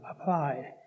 applied